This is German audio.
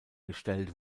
gestellt